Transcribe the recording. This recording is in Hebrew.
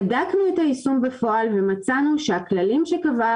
בדקנו את היישום בפועל ומצאנו שהכללים שקבעה